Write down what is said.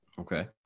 Okay